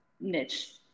niche